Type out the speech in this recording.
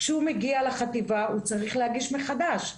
כשהוא מגיע לחטיבה הוא צריך להגיש מחדש.